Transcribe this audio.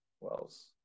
Wells